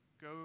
go